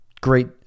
Great